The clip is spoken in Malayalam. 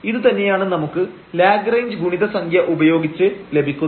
ഇതു തന്നെയാണ് നമുക്ക് ലാഗ്റേഞ്ച് ഗുണിത സംഖ്യ ഉപയോഗിച്ച് നമുക്ക് ലഭിക്കുന്നത്